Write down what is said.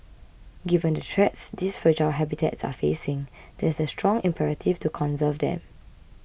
given the threats these fragile habitats are facing there is a strong imperative to conserve them